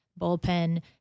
Bullpen